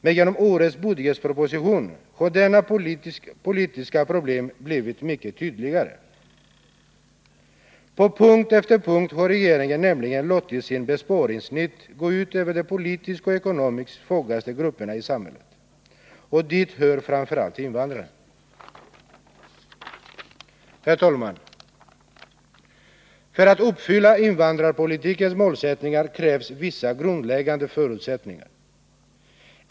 Men genom årets budgetproposition har detta politiska problem blivit mycket tydligare. På punkt efter punkt har regeringen nämligen låtit sitt besparingsnit gå ut över de politiskt och ekonomiskt svagaste grupperna i samhället. Och dit hör framför allt invandrarna. Herr talman! För att uppfylla invandrarpolitikens målsättningar krävs vissa grundläggande förutsättningar.